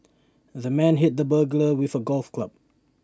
the man hit the burglar with A golf club